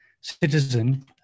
citizen